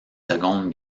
seconde